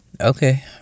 Okay